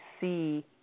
see